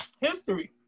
history